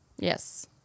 Yes